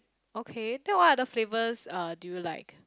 okay then what other flavours uh do you like